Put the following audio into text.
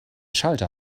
schalter